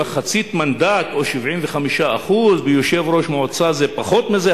למחצית מנדט או 75% ויושב-ראש מועצה זה פחות מזה,